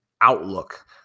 outlook